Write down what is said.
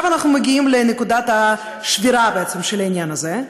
אנחנו מגיעים לנקודת השבירה בעניין הזה,